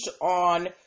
on